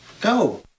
Go